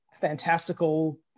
fantastical